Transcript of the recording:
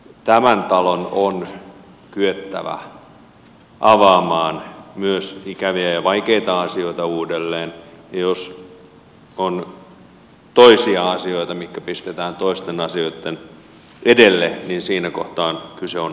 tämän talon on kyettävä avaamaan myös ikäviä ja vaikeita asioita uudelleen ja jos on toisia asioita mitkä pistetään toisten asioitten edelle niin siinä kohtaa kyse on arvovalinnoista